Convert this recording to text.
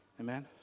Amen